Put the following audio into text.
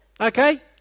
Okay